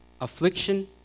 affliction